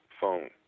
phone